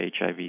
HIV